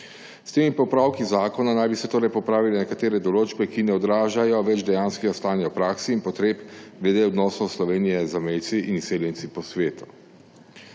S temi popravki zakona naj bi se torej popravile nekatere določbe, ki ne odražajo več dejanskega stanja v praksi in potreb glede odnosov Slovenije z zamejci in izseljenci po svetu.